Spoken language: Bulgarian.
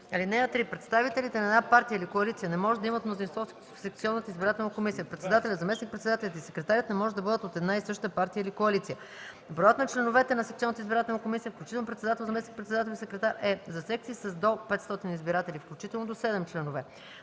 член. (3) Представителите на една партия или коалиция не може да имат мнозинство в секционната избирателна комисия. Председателят, заместник-председателят и секретарят не може да бъдат от една и съща партия или коалиция. (4) Броят на членовете на секционната избирателна комисия, включително председател, заместник-председател и секретар, е: 1. за секции с до 500 избиратели включително – до 7 членове,